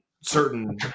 certain